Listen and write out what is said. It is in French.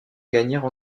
gagnèrent